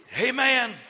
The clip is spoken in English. Amen